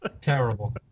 terrible